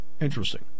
Interesting